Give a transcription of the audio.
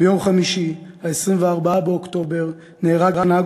ביום חמישי 24 באוקטובר נהרג נהג